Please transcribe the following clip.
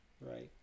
right